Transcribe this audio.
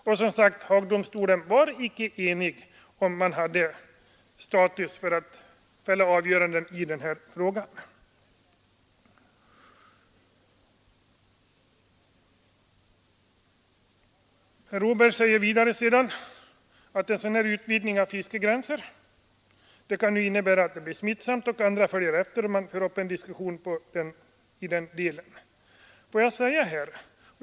Och som sagt: Haagdomstolen var icke enig om huruvida man hade kompetens att fälla ett avgörande i den här frågan. Herr Åberg säger vidare att en sådan här utvidgning av fiskegränsen kan bli smittsam, så att andra följer efter.